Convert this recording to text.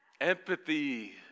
Empathy